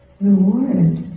reward